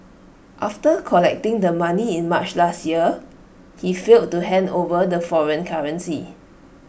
after collecting the money in March last year he failed to hand over the foreign currency